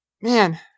Man